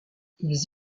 ils